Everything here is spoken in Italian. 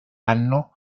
anno